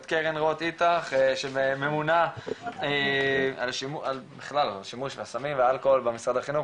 את קרן רוט-איטח שממונה על השימוש בסמים ואלכוהול במשרד החינוך,